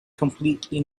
completely